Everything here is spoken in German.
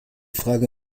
frage